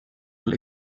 alle